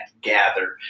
gather